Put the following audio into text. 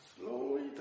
slowly